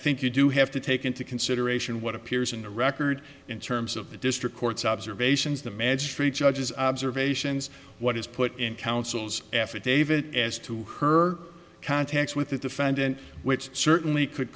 think you do have to take into consideration what appears in the record in terms of the district court's observations the magistrate judge's observations what is put in counsel's affidavit as to her contacts with the defendant which certainly could